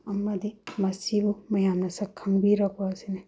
ꯑꯃꯗꯤ ꯃꯁꯤꯕꯨ ꯃꯌꯥꯝꯅ ꯁꯛ ꯈꯪꯕꯤꯔꯛꯄ ꯑꯁꯤꯅꯤ